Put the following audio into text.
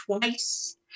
twice